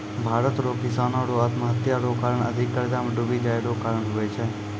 भारत रो किसानो रो आत्महत्या रो कारण अधिक कर्जा मे डुबी जाय रो कारण हुवै छै